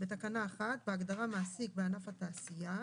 בתקנה 1, בהגדרה "מעסיק בענף התעשייה",